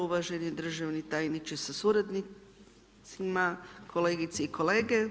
Uvaženi državni tajniče sa suradnicima, kolegice i kolege.